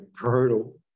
brutal